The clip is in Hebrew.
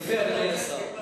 יפה, אדוני השר.